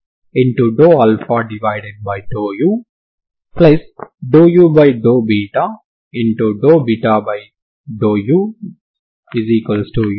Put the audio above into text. లేదా ప్రారంభ సమాచారం యొక్క మరియు సరిహద్దు సమాచారం ఉన్న x డొమైన్ లో మీరు ఈ ఎనర్జీ ఆర్గ్యుమెంట్ వర్తింప చేయవచ్చు మరియు ఈ పరిష్కారం ఒకటే అని చూపించవచ్చు సరేనా